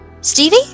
stevie